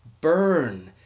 burn